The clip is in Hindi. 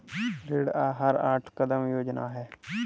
ऋण आहार आठ कदम योजना है